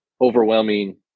overwhelming